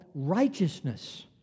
righteousness